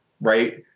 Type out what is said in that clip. Right